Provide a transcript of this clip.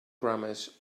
grammars